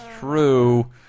true